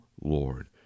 Lord